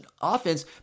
offense